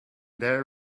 there